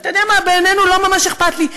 אתה יודע מה, בינינו, לא ממש אכפת לי.